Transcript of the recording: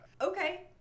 Okay